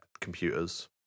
computers